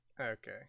Okay